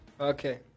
Okay